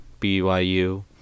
BYU